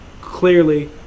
clearly